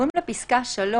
נעבור לפסקה (3)